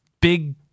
big